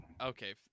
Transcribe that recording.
Okay